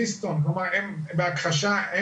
כלומר הם בהכחשה.